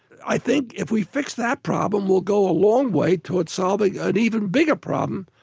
i think if we fix that problem, we'll go a long way toward solving an even bigger problem,